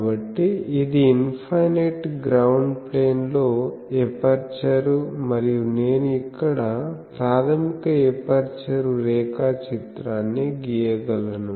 కాబట్టి ఇది infinite ground ప్లేన్లో ఎపర్చరు మరియు నేను ఇక్కడ ప్రాథమిక ఎపర్చరు రేఖాచిత్రాన్ని గీయగలను